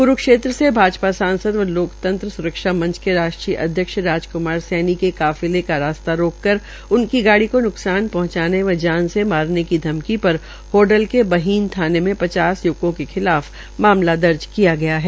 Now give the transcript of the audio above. क्रूक्षेत्र से भाजपा व लोकतंत्र स्रक्षा मंच् के राष्ट्रीय अध्यक्ष राजक्मार सैनी के काफिले का रास्ता रोककर उनकी गाड़ी को न्कसान पहंचाने व जान से मारने की धमकी पर होडल के बहीन थाने में पचास य्वकों के खिलाफ मामला दर्ज किया गया है